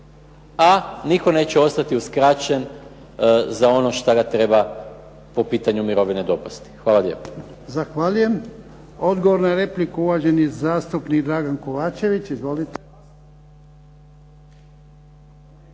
a nitko neće ostati uskraćen za ono šta ga treba po pitanju mirovine dopasti. Hvala lijepa.